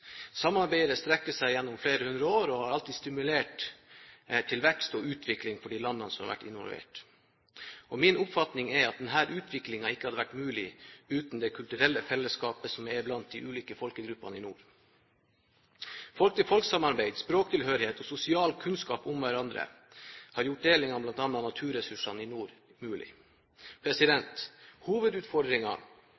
Samarbeidet strekker seg gjennom flere hundre år og har alltid stimulert til vekst og utvikling for de landene som har vært involvert. Min oppfatning er at denne utviklingen ikke hadde vært mulig uten det kulturelle fellesskapet som er blant de ulike folkegruppene i nord. Folk-til-folk-samarbeid, språktilhørighet og sosial kunnskap om hverandre har gjort delingen av bl.a. naturressursene i nord mulig.